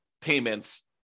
payments